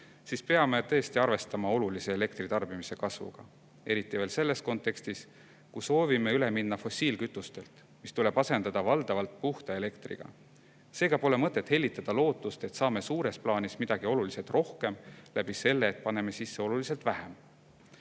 siis peame tõesti arvestama olulise elektritarbimise kasvuga, eriti veel selles kontekstis, et me soovime üle minna fossiilkütustelt, mis tuleb asendada valdavalt puhta elektriga. Seega pole mõtet hellitada lootust, et saame suures plaanis midagi oluliselt rohkem läbi selle, et paneme sisse oluliselt vähem.